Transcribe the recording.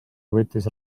võttis